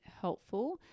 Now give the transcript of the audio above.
helpful